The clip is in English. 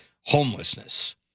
homelessness